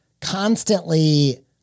constantly